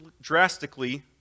drastically